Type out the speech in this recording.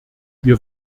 wir